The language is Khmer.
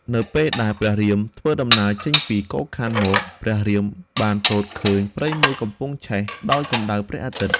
នៅពេលដែលព្រះរាមធ្វើដំណើរចេញពីកូខ័នមក ព្រះរាម បានទតឃើញព្រៃមួយកំពុងឆេះដោយកំដៅព្រះអាទិត្យ។